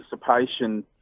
participation